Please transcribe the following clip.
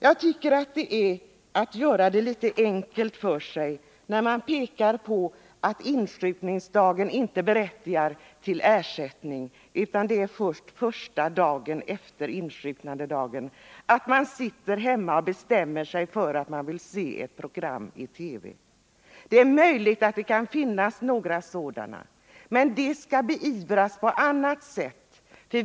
Jag tycker att Nils Carlshamre gör det litet för enkelt för sig när han pekar på att man inte är berättigad till ersättning för insjuknandedagen, och att det finns de som sjukskriver sig på kvällen, för att.de vill se ett sent TV-program, och därför inte anser sig kunna arbeta nästa dag. Det är möjligt att sådant förekommer, men det skall beivras på annat sätt.